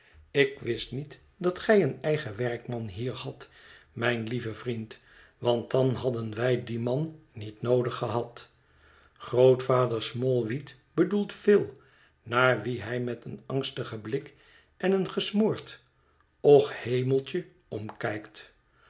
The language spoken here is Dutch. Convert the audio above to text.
ik wist niet dat gij een eigen werkman hier hadt mijn lieve vriend want dan hadden wij dien man niet noodig gehad grootvader smallweed bedoelt phil naar wien hij met een angstigen blik en een gesmoord och hemeltje omkijkt